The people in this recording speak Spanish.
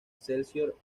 excelsior